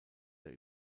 der